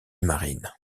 marine